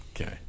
Okay